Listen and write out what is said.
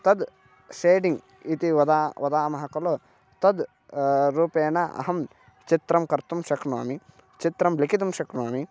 तद् शेडिङ्ग् इति वदामः वदामः कलु तद् रूपेण अहं चित्रं कर्तुं शक्नोमि चित्रं लिखितुं शक्नोमि